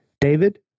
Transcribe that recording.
David